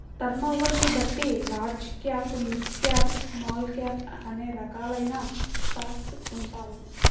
టర్నోవర్ని బట్టి large cap, mid cap, small cap అనే రకాలైన స్టాక్స్ ఉంటాయి